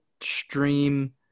stream